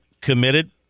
committed